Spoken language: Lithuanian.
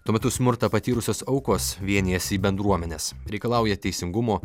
tuo metu smurtą patyrusios aukos vienijasi į bendruomenes reikalauja teisingumo